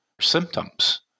symptoms